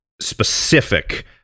specific